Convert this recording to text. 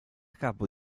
capo